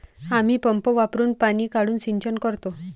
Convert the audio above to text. आम्ही पंप वापरुन पाणी काढून सिंचन करतो